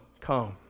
come